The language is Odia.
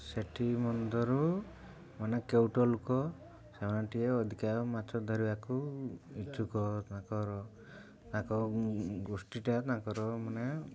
ସେଥି ମଧ୍ୟରୁ ମାନେ କେଉଁଟ ଲୋକ ସେମାନେ ଟିକେ ଅଧିକା ମାଛ ଧରିବାକୁ ଇଚ୍ଛୁକ ତାଙ୍କର ତାଙ୍କ ଗୋଷ୍ଠୀଟା ତାଙ୍କର ମାନେ